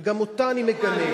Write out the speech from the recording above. וגם אותה אני מגנה.